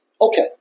okay